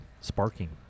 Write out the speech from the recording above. sparking